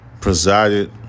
presided